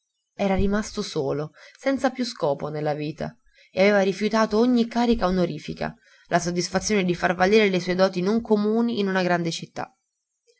era rimasto solo senza più scopo nella vita e aveva rifiutato ogni carica onorifica la soddisfazione di far valere le sue doti non comuni in una grande città